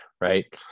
Right